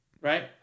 Right